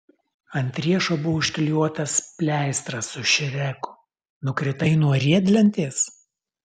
ant riešo buvo užklijuotas pleistras su šreku nukritai nuo riedlentės